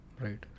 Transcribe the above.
Right